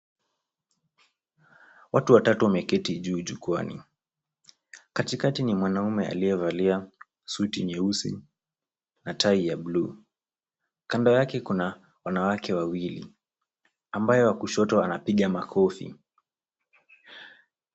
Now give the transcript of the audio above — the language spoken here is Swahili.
Watu watatu wameketi juu jukwani. Katikati ni mwanaume aliyevalia suti jeusi na tai ya buluu. Kando yake kuna wanawake waili, ambaye wa kushoto anapiga makofi.